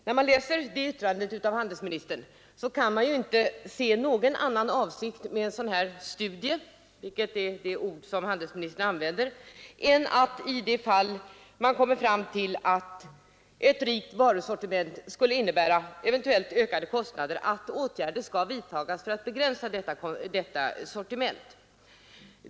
När man ser svaret av handelsministern kan man inte finna någon annan avsikt med en sådan studie — vilket är det ord som handelsministern använder — än att för det fall att man kommer fram till att ett rikt varusortiment skulle innebära eventuellt ökade kostnader, åtgärder skall vidtas för att begränsa detta sortiment.